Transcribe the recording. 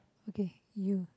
okay you